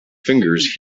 fingers